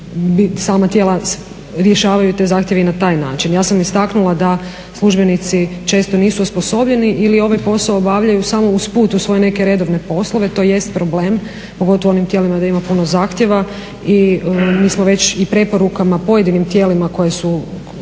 sama tijela rješavaju te zahtjeve i na taj način. Ja sam istaknula da službenici često nisu osposobljeni ili ovaj posao obavljaju samo usput uz svoje neke redovne poslove. To jest problem pogotovo onim tijelima gdje ima puno zahtjeva. I mi smo već i preporukama pojedinim tijelima koja su